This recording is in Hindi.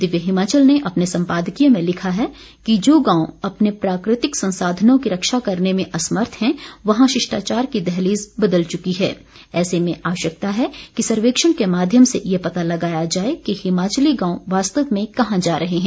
दिव्य हिमाचल ने अपने सम्पादकीय में लिखा है कि जो गांव अपने प्राकृतिक संसाधनों की रक्षा करने में असमर्थ हैं वहां शिष्टाचार की दहलीज बदल चुकी है ऐसे में आवश्यकता है कि सर्वेक्षण के माध्यम से ये पता लगाया जाये कि हिमाचली गांव वास्तव में कहां जा रहे हैं